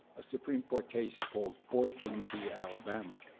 a supreme court case called boykin v. alabama.